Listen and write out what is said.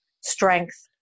strength